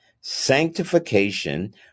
Sanctification